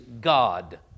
God